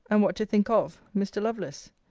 and what to think of, mr. lovelace.